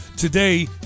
Today